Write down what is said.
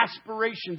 aspirations